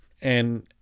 And-